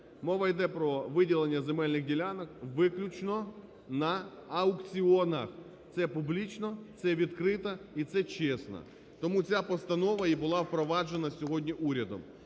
Мова йде про виділення земельних ділянок виключно на аукціонах. Це публічно, це відкрито і це чесно. Тому ця постанова і була впроваджена сьогодні урядом.